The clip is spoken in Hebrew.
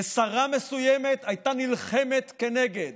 ושרה מסוימת הייתה נלחמת כנגד.